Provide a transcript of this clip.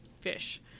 fish